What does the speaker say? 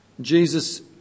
Jesus